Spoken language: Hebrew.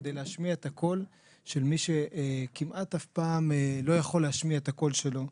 כדי להשמיע את הקול של מי שכמעט אף פעם לא יכול להשמיע את הקול שלו,